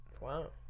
Wow